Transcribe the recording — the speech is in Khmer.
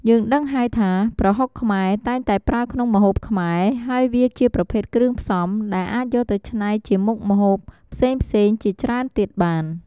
យើងដឹងហើយថា ប្រហុកខ្មែរ តែងតែប្រើក្នុងម្ហូបខ្មែរ ហើយវាជាប្រភេទគ្រឿងផ្សំ ដែលអាចយកទៅច្នៃជាមុខម្ហូបផ្សេងៗជាច្រើនទៀតបាន។